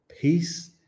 Peace